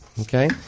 Okay